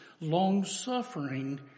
long-suffering